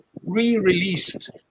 re-released